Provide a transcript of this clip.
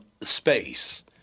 space